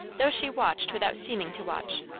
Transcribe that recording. though she watched without seeming to watch.